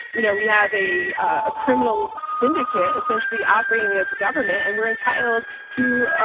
you know, we have a a criminal syndicate essentially operating as a government and we're entitled to,